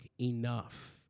enough